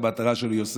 המטרה שלו היא יוסף,